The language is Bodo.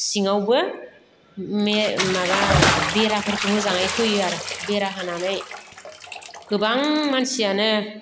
सिङावबो माबा बेराफोरखौ मोजाङै होयो आरो बेरा होनानै गोबां मानसियानो